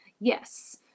Yes